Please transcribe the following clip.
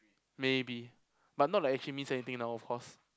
maybe but not like it actually means anything now of course